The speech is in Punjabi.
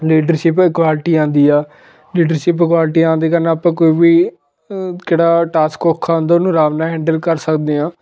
ਲੀਡਰਸ਼ਿਪ ਕੁਆਲਿਟੀ ਆਉਂਦੀ ਆ ਲੀਡਰਸ਼ਿਪ ਕੁਆਲਟੀ ਆਉਣ ਦੇ ਕਾਰਨ ਆਪਾਂ ਕੋਈ ਵੀ ਕਿਹੜਾ ਟਾਸਕ ਔਖਾ ਹੁੰਦਾ ਉਹਨੂੰ ਆਰਾਮ ਨਾਲ ਹੈਂਡਲ ਕਰ ਸਕਦੇ ਹਾਂ